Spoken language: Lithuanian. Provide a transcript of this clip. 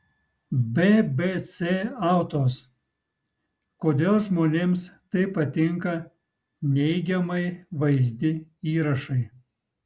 bbc autos kodėl žmonėms taip patinka neigiamai vaizdi įrašai